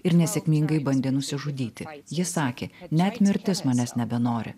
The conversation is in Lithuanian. ir nesėkmingai bandė nusižudyti ji sakė net mirtis manęs nebenori